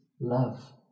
love